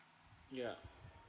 ya